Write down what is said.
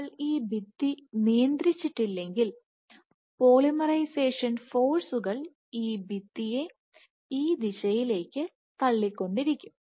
നിങ്ങൾ ഈ ഭിത്തി നിയന്ത്രിച്ചിട്ടില്ലെങ്കിൽ പോളിമറൈസേഷൻ ഫോഴ്സുകൾ ഈ ഭിത്തി യെ ഈ ദിശയിലേക്ക് തള്ളിക്കൊണ്ടിരിക്കും